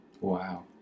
Wow